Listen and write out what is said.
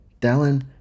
Dallin